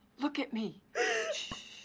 look at me! shhh!